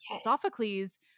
Sophocles